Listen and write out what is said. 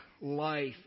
life